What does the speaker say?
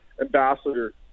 ambassador